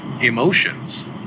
emotions